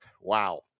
wow